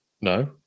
No